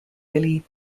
billy